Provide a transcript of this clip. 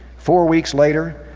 four weeks later,